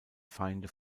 feinde